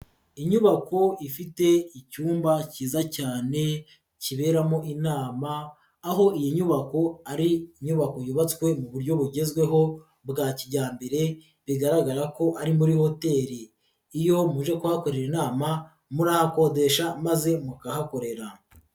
Inyubako ifite icyumba cyiza cyane kiberamo inama, aho iyi nyubako ari inyubako yubatswe mu buryo bugezweho bwa kijyambere, bigaragara ko ari muri hoteli, iyo muje kuhakorera inama, murahakodesha maze mukahakorera.